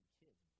kids